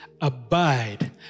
abide